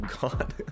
God